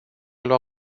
lua